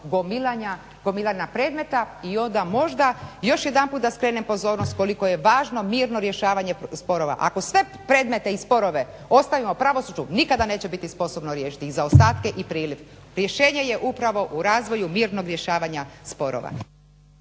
odnosno gomilanja predmeta i onda možda još jedanput da skrenem pozornost koliko je važno mirno rješavanje sporova. Ako sve predmete i sporove ostavimo pravosuđu nikada neće biti sposobno riješiti i zaostatke i priliv. Rješenje je upravo u razvoju mirnog rješavanja sporova.